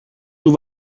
του